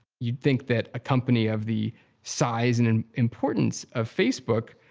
you'd think that a company of the size and and importance of facebook,